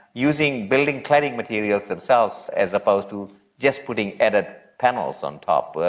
using building cladding materials themselves as opposed to just putting added panels on top,